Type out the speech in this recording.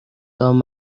tom